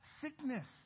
sickness